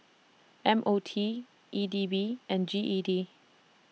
M O T E D B and G E D